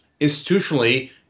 institutionally